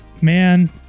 man